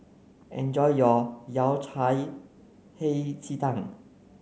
enjoy your Yao Cai Hei Ji Tang